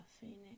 Phoenix